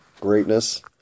greatness